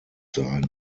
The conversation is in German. sein